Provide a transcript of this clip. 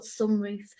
sunroof